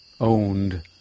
owned